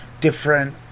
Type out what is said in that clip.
different